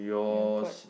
your got